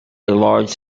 large